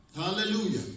hallelujah